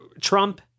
Trump